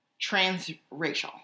transracial